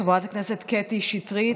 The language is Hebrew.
חברת הכנסת קטי שטרית,